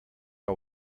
are